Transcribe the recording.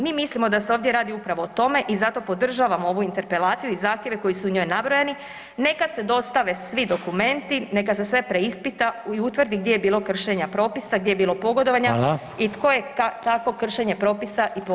Mi mislimo da se ovdje radi upravo o tome i zato podržavamo ovu interpelaciju i zahtjeve koji su u njoj nabrojani, neka se dostave svi dokumenti, neka se sve preispita i utvrdi gdje je bilo kršenja propisa, gdje je bilo pogodovanja [[Upadica: Hvala]] i tko je takvo kršenje propisa i pogodovanje [[Upadica: Hvala lijepa]] im omogućio.